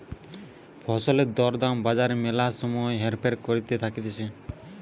ফসলের দর দাম বাজারে ম্যালা সময় হেরফের করতে থাকতিছে